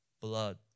blood